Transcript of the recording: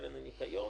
קרן הניקיון